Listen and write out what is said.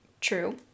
True